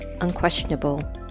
Unquestionable